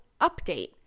update